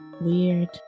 weird